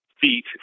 feet